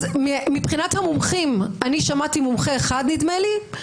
מבחינת המומחים, אני שמעתי מומחה אחד, נדמה לי.